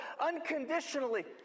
unconditionally